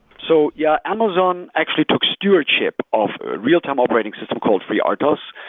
so, yeah. amazon actually took stewardship of real-time operating system called freertos.